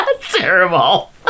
Terrible